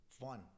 Fun